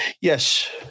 Yes